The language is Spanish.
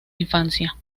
infancia